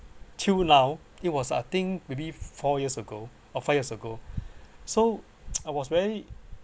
till now it was I think maybe four years ago or five years ago so I was very